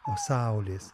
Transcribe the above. o saulės